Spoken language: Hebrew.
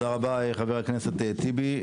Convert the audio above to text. תודה רבה חבר הכנסת אחמד טיבי.